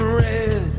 red